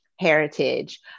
Heritage